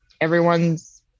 everyone's